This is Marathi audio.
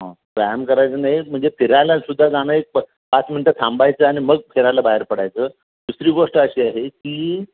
हां व्यायाम करायचा नाही म्हणजे फिरायला सुद्धा जाणं एक प पाच मिनटं थांबायचं आणि मग फिरायला बाहेर पडायचं दुसरी गोष्ट अशी आहे की